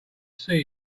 see